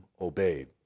obeyed